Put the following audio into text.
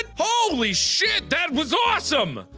holy shit that was awesome!